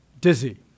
dizzy